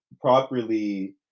properly